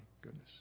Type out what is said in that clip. goodness